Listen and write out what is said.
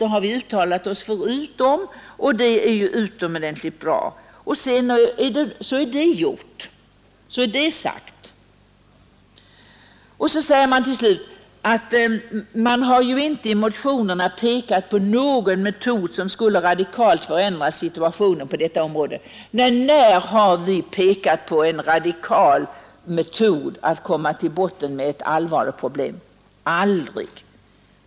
Det har vi tidigare uttalat oss om — det är utomordentligt bra, och så är det sagt! Utskottet säger i slutet av sitt betänkande: ”I motionen har inte pekats på någon metod som skulle radikalt kunna förändra situationen på detta område.” Nej, när har vi pekat på en radikal metod för att komma till botten med ett allvarligt problem? Aldrig!